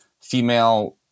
female